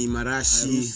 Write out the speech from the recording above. Marashi